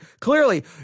clearly